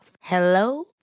Hello